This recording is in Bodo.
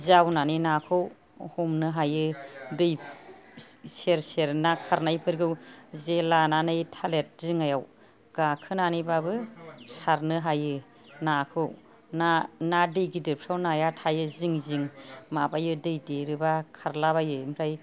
जावनानै नाखौ हमनो हायो दै सेर सेर ना खारनायफोरखौ जे लानानै थालिर दिङायाव गाखोनानैबाबो सारनो हायो नाखौ ना दै गिदिरफ्राव नाया थायो जिं जिं माबायो दै देरोबा खारलाबायो ओमफ्राय